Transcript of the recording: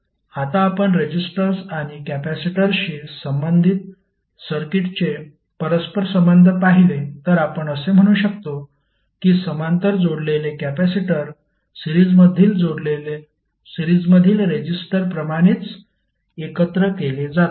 म्हणूनच आता आपण रेजिस्टर्स आणि कॅपेसिटरशी संबंधित सर्किटचे परस्परसंबंध पाहिले तर आपण असे म्हणू शकतो की समांतर जोडलेले कॅपेसिटर सिरीजमधील रेजिस्टर प्रमाणेच एकत्र केले जातात